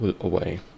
away